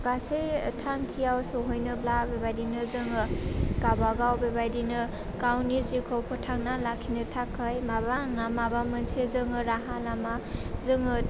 गासै थांखियाव सौहैनोब्ला बेबायदिनो जोङो गावबागाव बेबायदिनो गावनि जिउखौ फोथांना लाखिनो थाखाय माबा नङा माबा मोनसे जोङो राहा लामा जोङो